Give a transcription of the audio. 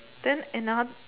then another